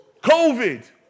COVID